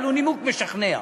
אבל הוא נימוק משכנע.